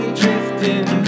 drifting